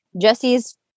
Jesse's